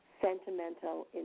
sentimental